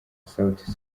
sauti